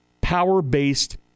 power-based